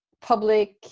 public